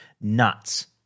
nuts